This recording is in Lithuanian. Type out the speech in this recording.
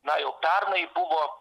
na jau pernai buvo